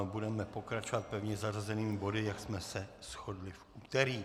Budeme pokračovat pevně zařazenými body, jak jsme se shodli v úterý.